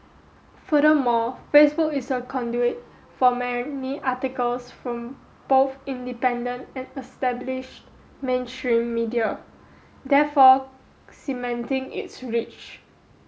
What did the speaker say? furthermore Facebook is a conduit for many articles from both independent and establish mainstream media therefore cementing its reach